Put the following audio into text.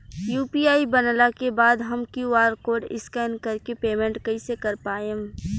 UPI बनला के बाद हम क्यू.आर कोड स्कैन कर के पेमेंट कइसे कर पाएम?